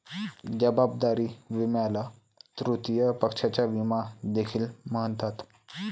जबाबदारी विम्याला तृतीय पक्षाचा विमा देखील म्हणतात